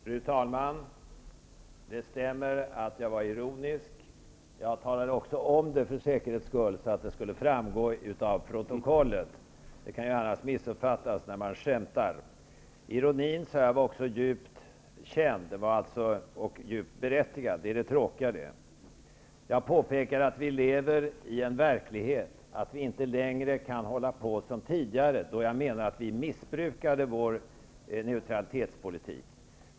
Fru talman! Det stämmer att jag var ironisk. Jag talade också om det för säkerhets skull så att det skulle framgå av protokollet. Det kan ju annars missuppfattas när man skämtar. Ironin var också djupt känd och djupt berättigad, och det är det tråkiga. Jag påpekade att vi lever i sådan verklighet att vi inte kan hålla på som tidigare, då jag menar att vi missbrukade vår neutralitetspolitik.